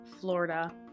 Florida